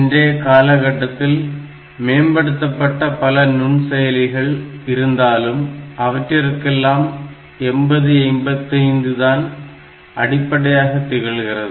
இன்றைய காலகட்டத்தில் மேம்படுத்தப்பட்ட பல நுண் செயலிகள் இருந்தாலும் அவற்றிற்கெல்லாம் 8085 தான் அடிப்படையாக திகழ்ந்தது